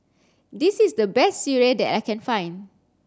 this is the best Sireh that I can find